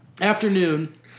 Afternoon